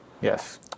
Yes